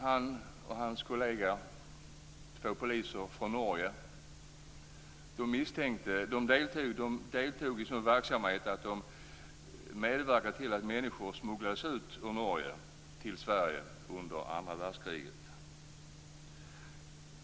Han och hans kollega, två poliser från Norge, deltog i en sådan verksamhet att de medverkade till att människor smugglades ut ur Norge till Sverige under andra världskriget.